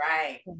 Right